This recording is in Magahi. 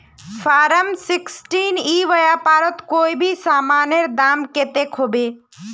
फारम सिक्सटीन ई व्यापारोत कोई भी सामानेर दाम कतेक होबे?